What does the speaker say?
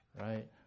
right